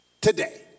Today